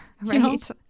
right